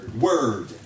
Word